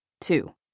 Two